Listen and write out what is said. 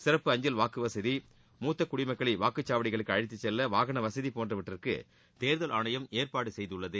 சிறப்பு அஞ்சல் வாக்கு வசதி மூத்த குடிமக்களை வாக்குச்சாவடிகளுக்கு அழைத்துச்செல்ல வாகன வசதி போன்றவற்றுக்கு தேர்தல் ஆணையம் ஏற்பாடு செய்துள்ளது